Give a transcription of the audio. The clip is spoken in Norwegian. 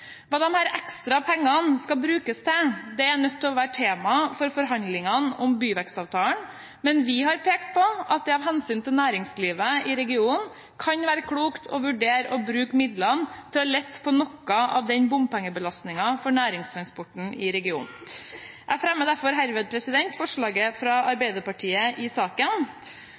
ekstra pengene skal brukes til, er nødt til å være tema for forhandlingene om byvekstavtalen, men vi har pekt på at det av hensyn til næringslivet i regionen kan være klokt å vurdere å bruke midlene til å lette på noe av bompengebelastningen for næringstransporten i regionen. Jeg fremmer derfor herved forslaget fra Arbeiderpartiet i saken.